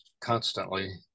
constantly